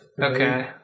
Okay